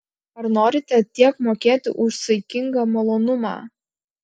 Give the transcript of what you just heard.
ar norite tiek mokėti už saikingą malonumą